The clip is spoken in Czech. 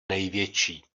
největší